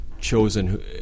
chosen